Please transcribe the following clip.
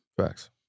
Facts